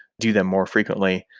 do them more frequently.